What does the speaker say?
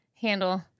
handle